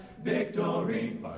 victory